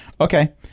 Okay